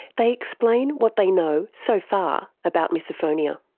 they explain what they know so far about misophonia.